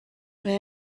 mae